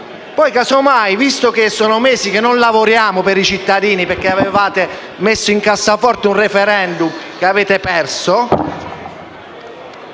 Poi, casomai, visto che sono mesi che non lavoriamo per i cittadini, perché avevate messo in cassaforte un *referendum* che avete perso,